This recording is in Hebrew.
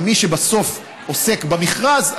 אבל מי שבסוף עוסק במכרז,